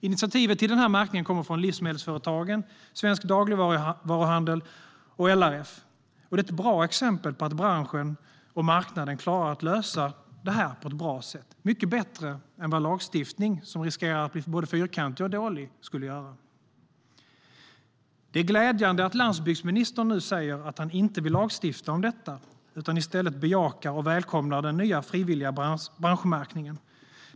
Initiativet till märkningen kommer från Livsmedelsföretagen, Svensk Dagligvaruhandel och LRF. Det är ett bra exempel på att branschen och marknaden klarar att lösa det här på ett bra sätt - mycket bättre än lagstiftning, som riskerar att bli fyrkantig och dålig, skulle göra. Det är glädjande att landsbygdsministern nu säger att han inte vill lagstifta om detta utan i stället bejakar och välkomnar den nya frivilliga branschmärkningen.